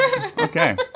Okay